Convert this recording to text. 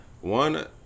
one